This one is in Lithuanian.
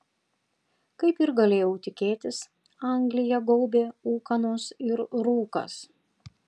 kaip ir galėjau tikėtis angliją gaubė ūkanos ir rūkas